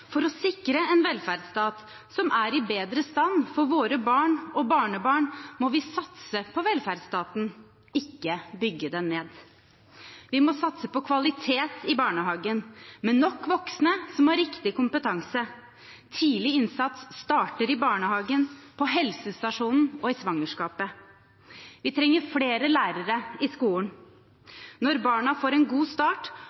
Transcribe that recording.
For å sikre en velferdsstat for våre barn og barnebarn som er i bedre stand, må vi satse på velferdsstaten, ikke bygge den ned. Vi må satse på kvalitet i barnehagen, med nok voksne som har riktig kompetanse. Tidlig innsats starter i barnehagen, på helsestasjonen og i svangerskapet. Vi trenger flere lærere i